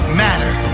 matter